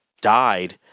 died